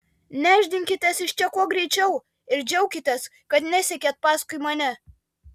nešdinkitės iš čia kuo greičiau ir džiaukitės kad nesekėt paskui mane